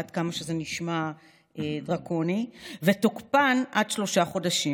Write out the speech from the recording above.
עד כמה שזה נשמע דרקוני, ותוקפן עד שלושה חודשים,